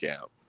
out